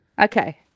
okay